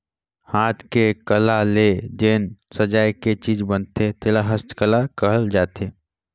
हाथ के कला ले जेन सजाए के चीज बनथे तेला हस्तकला कहल जाथे